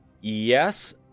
yes